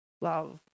love